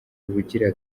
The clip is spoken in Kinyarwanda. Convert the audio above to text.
ubugira